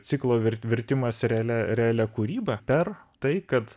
ciklo virt virtimas realia realia kūryba per tai kad